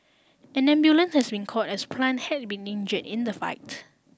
an ambulance has been call as plant had been injured in the fight